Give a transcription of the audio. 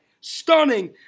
Stunning